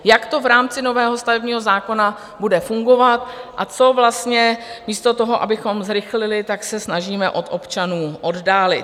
Jak to v rámci nového stavebního zákona bude fungovat a co vlastně, místo abychom zrychlili, tak se snažíme od občanů oddálit.